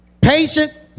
Patient